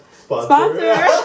Sponsor